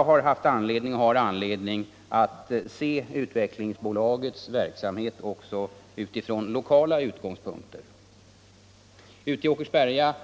Jag har haft och har anledning att se Utvecklingsbolagets verksamhet också från lokala utgångspunkter. Ute i Åkersberga